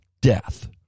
death